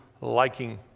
liking